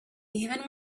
even